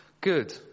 Good